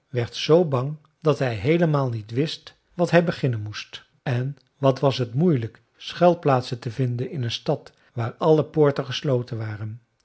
werd z bang dat hij heelemaal niet wist wat hij beginnen moest en wat was het moeilijk schuilplaatsen te vinden in een stad waar alle poorten gesloten waren